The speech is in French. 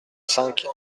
cinq